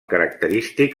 característic